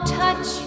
touch